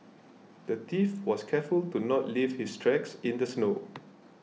the thief was careful to not leave his tracks in the snow